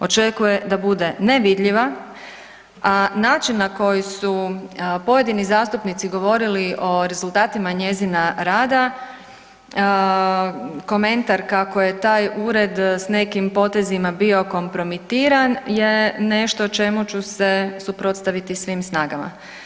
Očekuje da bude nevidljiva, a način na koji su pojedini zastupnici govorili o rezultatima njezina rada, komentar kako je taj ured s nekim potezima bio kompromitiran je nešto čemu ću se suprotstaviti svim snagama.